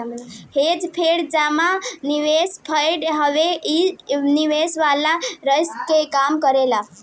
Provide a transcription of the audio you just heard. hedge fund जमा निवेश fund हवे इ निवेश वाला रिस्क के कम करेला